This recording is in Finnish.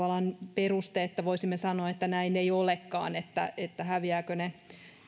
peruste että voisimme sanoa että näin ei olekaan eli häviävätkö ne